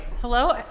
Hello